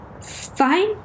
Fine